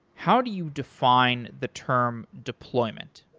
how do you define the term deployment?